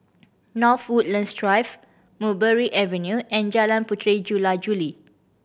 North Woodlands Drive Mulberry Avenue and Jalan Puteri Jula Juli